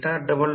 5 मिळाले